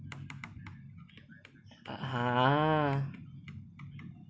a'ah